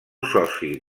soci